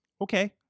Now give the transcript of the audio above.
Okay